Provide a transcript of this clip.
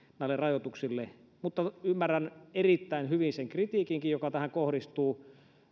näille rajoituksille mutta ymmärrän erittäin hyvin sen kritiikinkin joka tähän kohdistuu